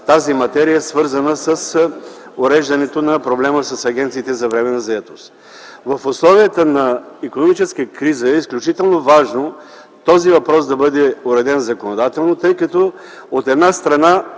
тази материя, свързана с уреждането на проблема с агенциите за временна заетост. В условията на икономическа криза е изключително важно този въпрос да бъде уреден законодателно, тъй като, от една страна,